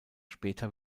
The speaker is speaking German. später